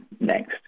next